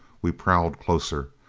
we prowled closer.